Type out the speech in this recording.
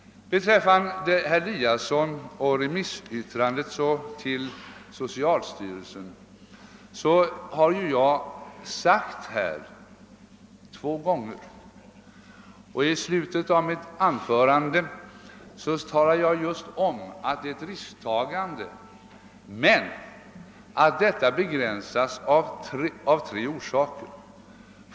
Med anledning av vad herr Eliasson sade om ett yttrande från socialstyrelsen vill jag påpeka att jag två gånger nämnde att det är ett risktagande men att detta begränsas av tre orsaker.